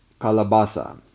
Kalabasa